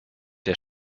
der